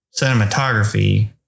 cinematography